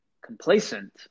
complacent